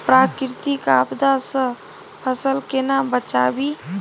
प्राकृतिक आपदा सं फसल केना बचावी?